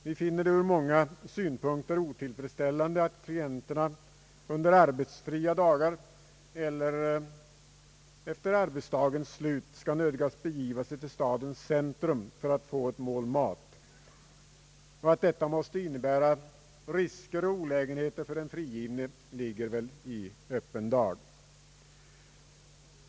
Vi finner det ur många synpunkter otillfredsställande att klienterna under arbetsfria dagar eller efter arbetsdagens slut skall nödgas begiva sig till stadens centrum för att få ett mål mat. Att detta måste innebära risker och olägenheter för den frigivne ligger väl i öppen dag.